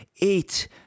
eight